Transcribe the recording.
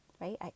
right